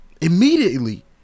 immediately